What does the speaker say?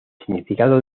significado